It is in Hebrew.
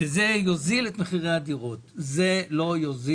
מניסיון העבר הוכח, שזה לא עזר